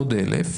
עוד 1,000?